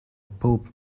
pope